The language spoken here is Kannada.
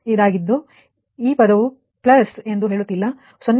ಈ ಪದವು ಪ್ಲಸ್ ಎಂದು ಹೇಳುತ್ತಿಲ್ಲ 0